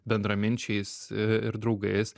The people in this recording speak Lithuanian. bendraminčiais ir draugais